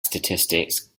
statistics